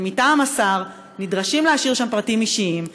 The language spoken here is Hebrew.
זה מטעם השר, נדרשים להשאיר שם פרטים אישיים.